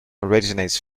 originates